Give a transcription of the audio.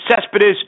Cespedes